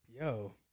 Yo